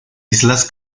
islas